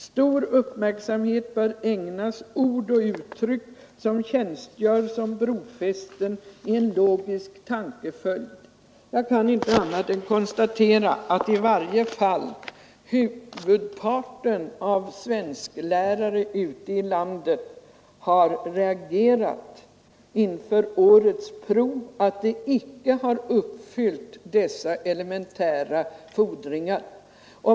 Stor uppmärksamhet bör ägnas ord och uttryck som tjänstgör som brofäste i en logisk tankeföljd.” Jag kan inte annat än konstatera att i varje fall huvudparten av svensklärarna ute i landet har reagerat inför årets prov därför att det icke har uppfyllt dessa elementära fordringar.